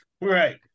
Right